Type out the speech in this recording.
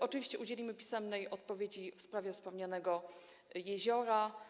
Oczywiście udzielimy pisemnej odpowiedzi w sprawie wspomnianego jeziora.